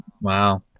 Wow